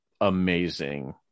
amazing